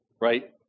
Right